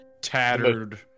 tattered